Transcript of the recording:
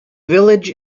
village